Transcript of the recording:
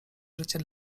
życie